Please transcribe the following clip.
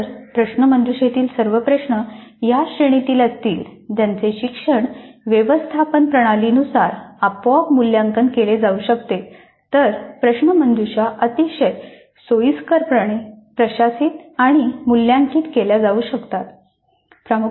जर प्रश्नमंजुषेतील सर्व प्रश्न या श्रेणीतील असतील ज्यांचे शिक्षण व्यवस्थापन प्रणालीनुसार आपोआप मूल्यांकन केले जाऊ शकते तर प्रश्नमंजुषा अतिशय सोयीस्करपणे प्रशासित आणि मूल्यांकित केल्या जाऊ शकतात